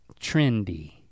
trendy